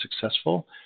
successful